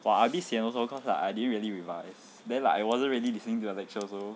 !wah! I a bit sian also cause like I didn't really revise then like I wasn't really listening to the lecture also